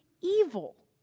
evil